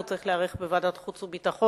והוא צריך להיערך בוועדת חוץ וביטחון,